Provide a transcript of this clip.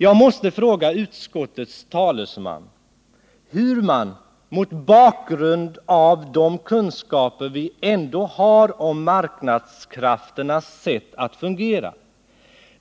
Jag måste fråga utskottets talesman hur man, mot bakgrund av de kunskaper vi ändå har om marknadskrafternas sätt att fungera,